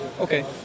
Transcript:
Okay